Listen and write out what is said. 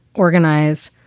organized.